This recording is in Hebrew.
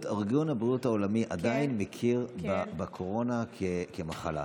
ארגון הבריאות העולמי עדיין מכיר בקורונה כמחלה.